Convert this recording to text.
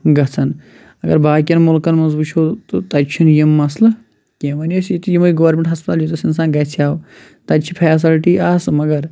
گَژھان اَگر باقِیَن مُلکَن منٛز وُچھو تہٕ تَتہِ چھِنہٕ یِم مسلہٕ کیٚنٛہہ وۄنۍ ٲسۍ ییٚتہِ یِمٔے گورمیٚنٛٹ ہَسپتال یوٚتَس اِنسان گژھہِ ہاو تَتہِ چھِ فیسلٹی آسہٕ مگر